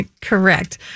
Correct